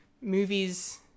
movies